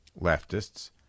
leftists